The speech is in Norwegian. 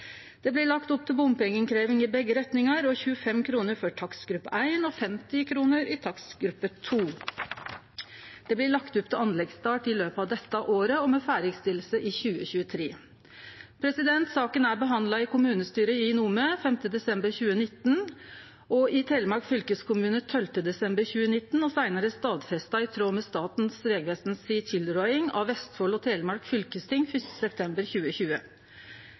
Det blir lagt opp til bompengeinnkrevjing i begge retningar og 25 kr i takstgruppe 1 og 50 kr i takstgruppe 2. Det blir lagt opp til anleggsstart i løpet av dette året, med ferdigstilling i 2023. Saka er behandla i kommunestyret i Nome 5. desember 2019 og i Telemark fylkeskommune 12. desember 2019 og seinare stadfesta, i tråd med Statens vegvesens tilråding, av Vestfold og Telemark fylkesting 1. september 2020.